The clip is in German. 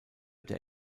der